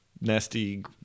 nasty